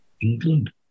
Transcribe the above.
England